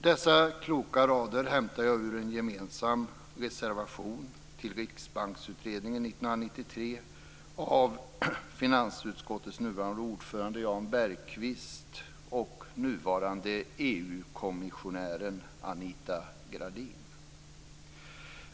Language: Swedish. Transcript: Dessa kloka rader hämtar jag ur en gemensam reservation till Riksbanksutredningen 1993 av finansutskottets nuvarande ordförande Jan Bergqvist och nuvarande EU-kommissionären Anita Gradin.